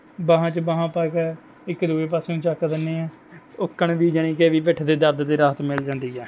ਬਾਹਾਂ 'ਚ ਬਾਹਾਂ ਪਾ ਕੇ ਇੱਕ ਦੂਜੇ ਪਾਸੇ ਨੂੰ ਚੱਕ ਦਿੰਦੇ ਹੈ ਉੱਕਣ ਵੀ ਜਾਣੀ ਕੇ ਵੀ ਪਿੱਠ ਦੇ ਦਰਦ ਤੋਂ ਰਾਹਤ ਮਿਲ ਜਾਂਦੀ ਹੈ